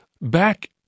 Back